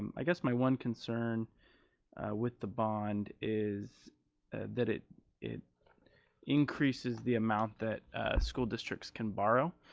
i guess my one concern with the bond is that it it increases the amount that school districts can borrow,